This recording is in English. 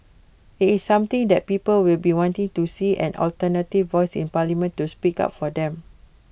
IT is something that people will be wanting to see an alternative voice in parliament to speak up for them